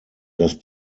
dass